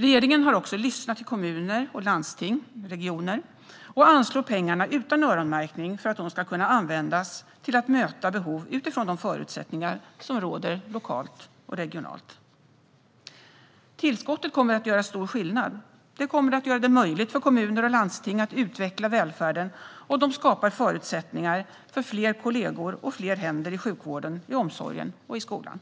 Regeringen har också lyssnat till kommuner, landsting och regioner och anslår pengarna utan öronmärkning för att de ska kunna användas till att möta behov utifrån de förutsättningar som råder lokalt och regionalt. Tillskottet kommer att göra stor skillnad. Det kommer att göra det möjligt för kommuner och landsting att utveckla välfärden, och det skapar förutsättningar för fler kollegor och fler händer i sjukvården, omsorgen och skolan.